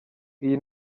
iyi